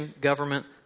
government